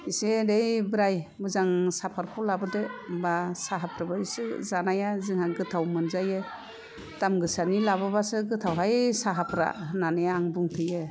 एसे एनै बोराइ मोजां साफादखौ लाबोदो होनबा साहाफोरखौ जानाया जोंहा गोथाव मोनजायो दाम गोसानि लाबोबासो गोथाव हाय साहाफ्रा होननानै आं बुंहैयो